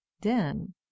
den